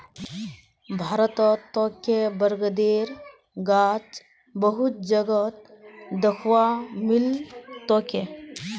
भारतत तोके बरगदेर गाछ बहुत जगहत दख्वा मिल तोक